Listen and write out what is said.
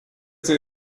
see